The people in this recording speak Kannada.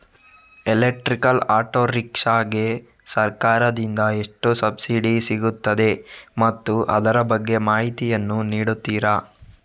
ಎಲೆಕ್ಟ್ರಿಕಲ್ ಆಟೋ ರಿಕ್ಷಾ ಗೆ ಸರ್ಕಾರ ದಿಂದ ಎಷ್ಟು ಸಬ್ಸಿಡಿ ಸಿಗುತ್ತದೆ ಮತ್ತು ಅದರ ಬಗ್ಗೆ ಮಾಹಿತಿ ಯನ್ನು ನೀಡುತೀರಾ?